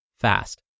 fast